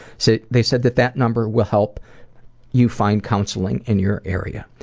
so they said that that number will help you find counseling in your area.